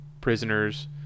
Prisoners